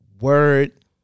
word